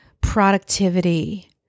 productivity